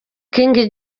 king